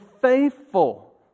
faithful